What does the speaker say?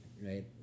right